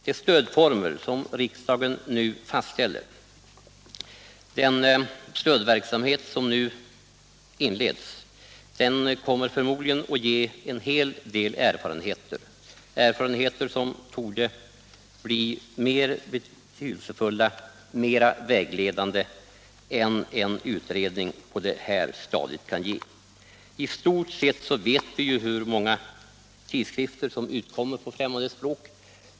De stödformer som riksdagen nu fastställer, den stödverksamhet som nu inleds, kommer förmodligen att ge en hel del erfarenheter som borde bli betydelsefullare och mer vägledande än en utredning på detta stadium. I stort sett vet vi hur många tidskrifter på främmande språk som utkommer.